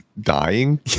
dying